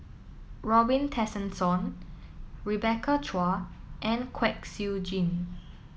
Robin Tessensohn Rebecca Chua and Kwek Siew Jin